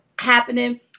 happening